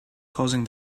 causing